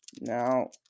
Now